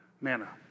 manna